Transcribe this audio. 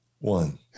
One